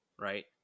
Right